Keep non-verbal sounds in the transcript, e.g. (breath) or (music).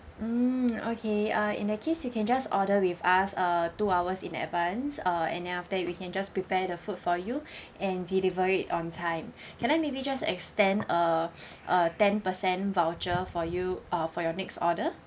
mm okay uh in that case you can just order with us uh two hours in advance uh and then after that we can just prepare the food for you (breath) and deliver it on time can I maybe just extend a (breath) a ten percent voucher for you uh for your next order